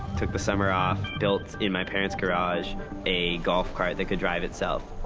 took the summer off, built in my parents' garage a golf cart that could drive itself.